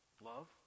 Love